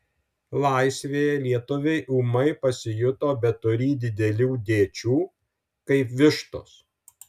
laisvėje lietuviai ūmai pasijuto beturį didelių dėčių kaip vištos